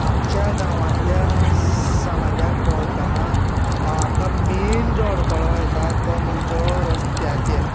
आमच्या गांवांतल्या समाजाक भोंवतना आमकां मेन जो आडखळो येता तो म्हणजे रस्त्याचेर